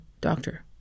doctor